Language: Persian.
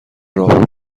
راهرو